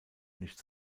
nicht